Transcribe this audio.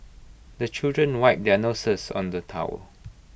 the children wipe their noses on the towel